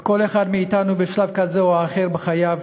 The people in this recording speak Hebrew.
וכל אחד מאתנו בשלב כזה או אחר בחייו